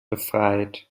befreit